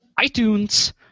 iTunes